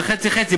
זה חצי-חצי,